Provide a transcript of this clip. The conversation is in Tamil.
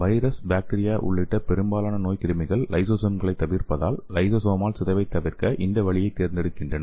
வைரஸ் பாக்டீரியா உள்ளிட்ட பெரும்பாலான நோய்க்கிருமிகள் லைசோசோம்களைத் தவிர்ப்பதால் லைசோசோமால் சிதைவைத் தவிர்க்க இந்த வழியைத் தேர்ந்தெடுக்கின்றன